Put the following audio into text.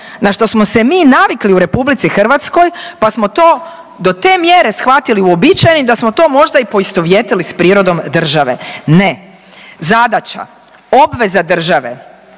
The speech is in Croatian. na što smo se mi navikli u Republici Hrvatskoj pa smo to do te mjere shvatili uobičajeni i da smo to možda i poistovjetili sa prirodom države. Ne, zadaća, obveza države